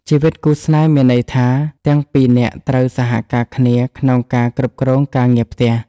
ជីវិតគូស្នេហ៍មានន័យថាទាំងពីរនាក់ត្រូវសហការគ្នាក្នុងការគ្រប់គ្រងការងារផ្ទះ។